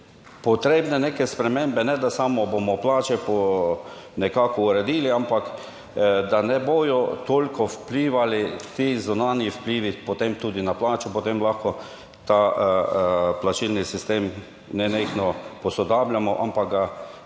potrebne neke spremembe, ne da samo bomo plače nekako uredili, ampak da ne bodo toliko vplivali ti zunanji vplivi potem tudi na plačo. Potem lahko ta plačilni sistem nenehno posodabljamo, ampak ga